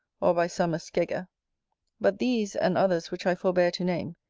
or by some a skegger but these, and others which i forbear to name,